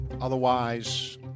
otherwise